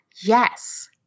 Yes